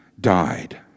died